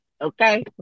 Okay